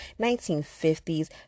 1950s